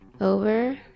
over